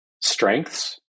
strengths